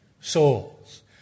souls